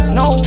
no